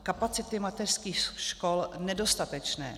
Kapacity mateřských škol nedostatečné.